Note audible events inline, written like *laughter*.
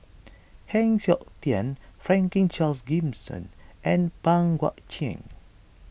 *noise* Heng Siok Tian Franklin Charles Gimson and Pang Guek Cheng